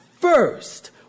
first